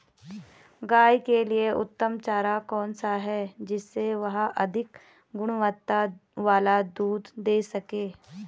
गाय के लिए उत्तम चारा कौन सा है जिससे वह अधिक गुणवत्ता वाला दूध दें सके?